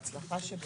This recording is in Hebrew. על ההצלחה שבו,